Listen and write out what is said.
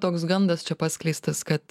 toks gandas čia paskleistas kad